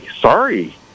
sorry